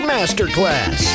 Masterclass